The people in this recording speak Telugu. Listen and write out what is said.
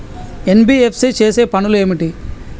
ఎన్.బి.ఎఫ్.సి చేసే పనులు ఏమిటి?